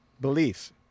beliefs